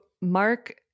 Mark